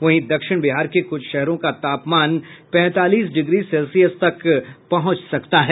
वहीं दक्षिण बिहार के कुछ शहरों का तापमान पैंतालीस डिग्री सेल्सियस तक पहुंच सकता है